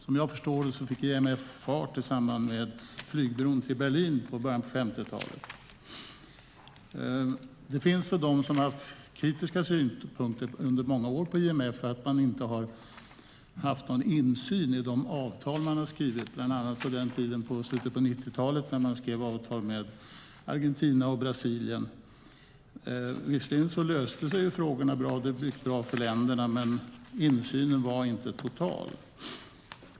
Som jag förstår det tog IMF fart i samband med flygbron till Berlin i början av 50-talet. Det finns de som under många år har haft kritiska synpunkter på IMF för att man inte har haft någon insyn i de avtal som har skrivits, som till exempel i slutet av 90-talet när man skrev avtal med Argentina och Brasilien. Visserligen löste sig frågorna bra och det gick bra för länderna, men insynen var inte total.